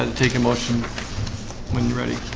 and take a motion when you ready?